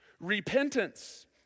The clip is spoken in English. Repentance